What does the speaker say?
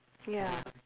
ya